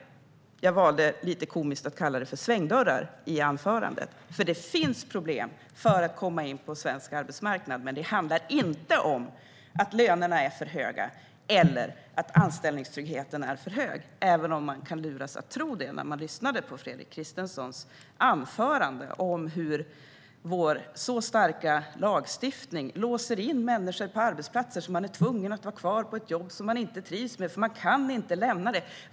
Jag valde lite komiskt att kalla det för svängdörrar i anförandet. Det finns problem med att komma in på svensk arbetsmarknad. Men det handlar inte om att lönerna är för höga eller att anställningstryggheten är för stor, även om man kan luras att tro det när man lyssnade på Fredrik Christenssons anförande om hur vår starka lagstiftning låser in människor på arbetsplatser så att de är tvungna att vara kvar på ett jobb som de inte trivs med för att de inte kan lämna det.